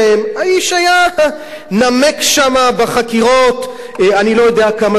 האיש היה נמק שם בחקירות אני לא יודע כמה זמן,